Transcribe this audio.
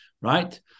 right